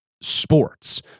sports